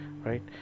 right